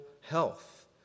health